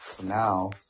Now